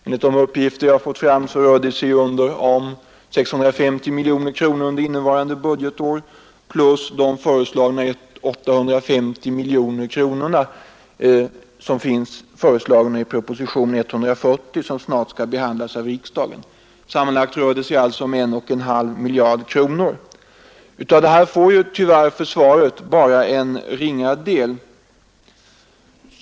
Enligt de uppgifter jag har rör det sig om 650 miljoner kronor under innevarande budgetär plus de 850 miljoner kronor som föreslagits i proposition nr 140, vilken snart skall behandlas av riksdagen. Sammanlagt rör det sig alltsa om 1.5 miljarder kronor, Av detta får ju försvaret tyvärr bara en ringa del.